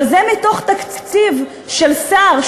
אבל זה מתוך תקציב של שר,